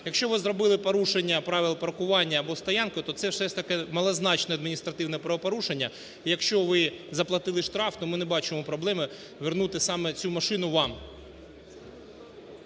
Якщо ви зробили порушення правил паркування або стоянку, то це все ж таки малозначне адміністративне правопорушення. Якщо ви заплатили штраф, то ми не бачимо проблеми вернути саме цю машину вам.